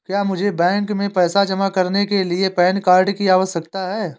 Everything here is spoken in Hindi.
क्या मुझे बैंक में पैसा जमा करने के लिए पैन कार्ड की आवश्यकता है?